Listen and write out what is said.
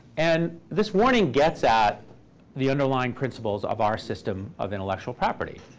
and this warning gets at the underlying principles of our system of intellectual property.